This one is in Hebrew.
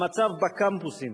המצב בקמפוסים